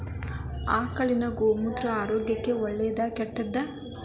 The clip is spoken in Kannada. ಆಕಳಿನ ಗೋಮೂತ್ರ ಆರೋಗ್ಯಕ್ಕ ಒಳ್ಳೆದಾ ಕೆಟ್ಟದಾ?